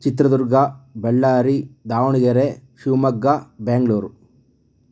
Chitradurga Ballari Davanagere Shivamogga Bengaluru